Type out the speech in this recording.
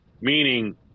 meaning